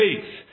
faith